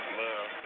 love